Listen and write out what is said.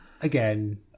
again